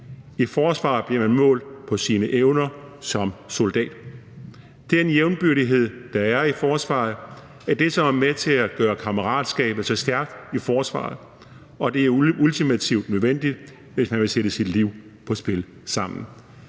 I forsvaret bliver man målt på sine evner som soldat. Den jævnbyrdighed, der er i forsvaret, er det, som er med til at gøre kammeratskabet så stærkt i forsvaret, og det er ultimativt nødvendigt , hvis man vil sætte sit liv på spil sammen.